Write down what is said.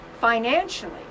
financially